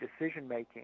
decision-making